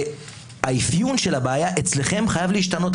האפיון של הבעיה אצלכם חייב להשתנות.